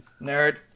Nerd